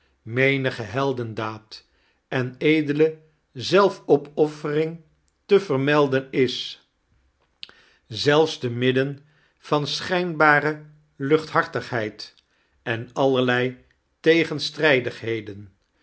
menige heldendaad en edele zelfop j offering te vermelden is zelfs te midden van schijnbare luchthartigheid en allerlei